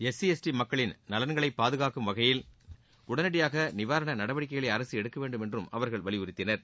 SC ST மக்களின் நலன்களை பாதுகூக்கும் வகையில் உடனடியாக நிவாரண நடவடிக்கைகளை அரசு எடுக்கவேண்டும் என்றும் அவர்கள் வலியுறுத்தினர்